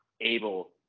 able